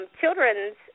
Children's